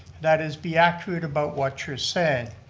that is, be accurate about what you've said.